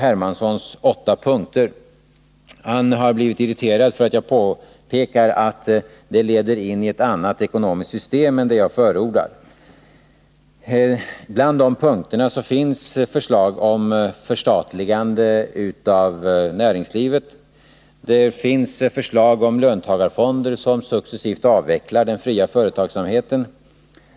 Hermanssons åtta punkter. Han har blivit irriterad för att jag påpekat att det programmet leder till ett annat ekonomiskt system än det jag förordar. Bland de åtta punkterna finns förslag om ett förstatligande av näringslivet och förslag om löntagarfonder, som successivt avvecklar den fria företagsamheten.